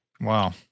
Wow